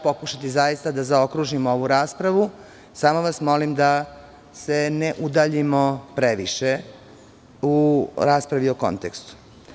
Pokušaću zaista da zaokružim ovu raspravu, samo vas molim da se ne udaljimo previše u raspravi o kontekstu.